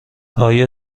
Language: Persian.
آیا